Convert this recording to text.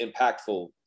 impactful